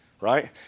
right